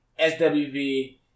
SWV